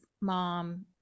mom